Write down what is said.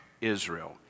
Israel